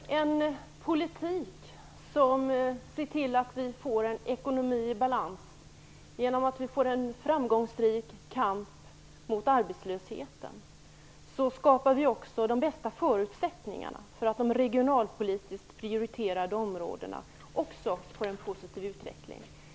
Fru talman! Genom en politik som gör att vi får en ekonomi i balans och genom att vi för en framgångsrik kamp mot arbetslösheten, skapar vi de bästa förutsättningarna för att också de regionalpolitiskt prioriterade områdena får en positiv utveckling.